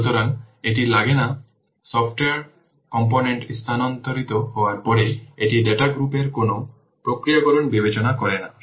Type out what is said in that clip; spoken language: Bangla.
সুতরাং এটি লাগে না সফটওয়্যার কম্পোনেন্টে স্থানান্তরিত হওয়ার পরে এটি ডেটা গ্রুপ এর কোনো প্রক্রিয়াকরণ বিবেচনা করে না